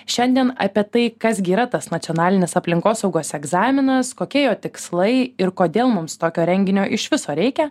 šiandien apie tai kas gi yra tas nacionalinis aplinkosaugos egzaminas kokie jo tikslai ir kodėl mums tokio renginio iš viso reikia